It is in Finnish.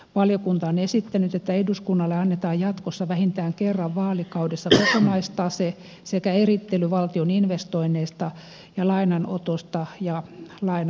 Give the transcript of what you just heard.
valiokunta on esittänyt että eduskunnalle annetaan jatkossa vähintään kerran vaalikaudessa kokonaistase sekä erittely valtion investoinneista ja lainanotosta ja lainanannosta